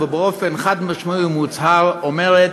ובאופן חד-משמעי ומוצהר אומרת: